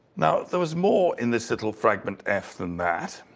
now there was more in this little fragment f than that.